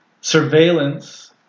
surveillance